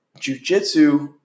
jujitsu